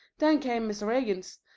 then came mr. iggins.